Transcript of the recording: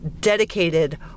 dedicated